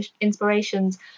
inspirations